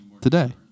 today